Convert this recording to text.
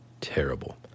terrible